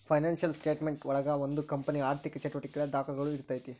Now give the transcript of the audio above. financial statement ಒಳಗ ಒಂದು ಕಂಪನಿಯ ಆರ್ಥಿಕ ಚಟುವಟಿಕೆಗಳ ದಾಖುಲುಗಳು ಇರ್ತೈತಿ